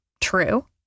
True